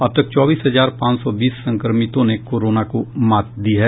अब तक चौबीस हजार पांच सौ बीस संक्रमितों ने कोरोना को मात दी है